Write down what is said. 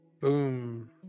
Boom